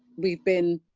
we've been